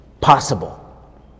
possible